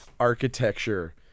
architecture